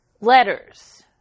letters